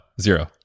zero